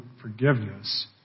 forgiveness